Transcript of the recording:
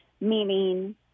meaning